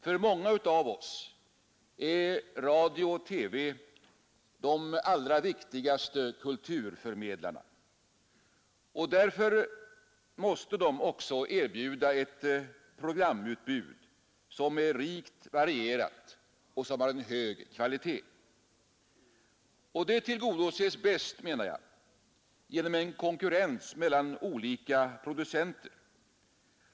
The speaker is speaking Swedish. För många av oss är radio och TV de allra viktigaste kulturförmedlarna. Därför måste deras programutbud vara rikt varierat och av hög kvalitet. Detta tillgodoses enligt min mening bäst genom konkurrens mellan olika producenter.